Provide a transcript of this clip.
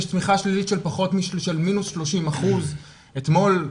שיש צמיחה שלילית של מינוס 30%. אתמול,